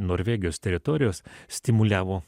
norvegijos teritorijos stimuliavo